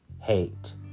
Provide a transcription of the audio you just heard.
hate